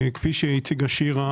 כפי שהציגה שירה,